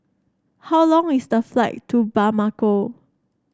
how long is the flight to Bamako